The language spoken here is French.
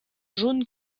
jaune